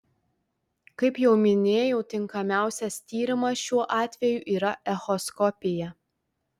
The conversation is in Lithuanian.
kaip jau minėjau tinkamiausias tyrimas šiuo atveju yra echoskopija